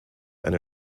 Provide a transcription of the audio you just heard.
eine